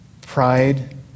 pride